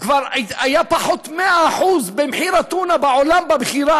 כבר היה פחות 100% במחיר הטונה בעולם במכירה,